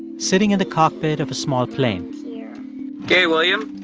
sitting in the cockpit of a small plane ok, william,